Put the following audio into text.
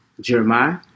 Jeremiah